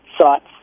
thoughts